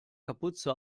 kapuze